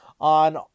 On